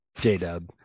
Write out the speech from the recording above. J-Dub